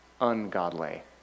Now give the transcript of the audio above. ungodly